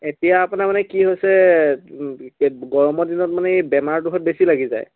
এতিয়া আপোনাৰ মানে কি হৈছে গৰমৰ দিনত মানে এই বেমাৰটোহঁত বেছি লাগি যায়